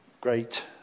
great